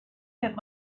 that